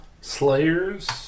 Slayers